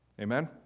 Amen